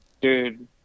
Dude